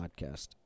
podcast